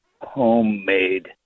homemade